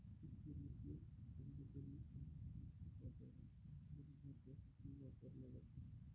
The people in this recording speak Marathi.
सिक्युरिटीज सार्वजनिक आणि खाजगी बाजारात भांडवल उभारण्यासाठी वापरल्या जातात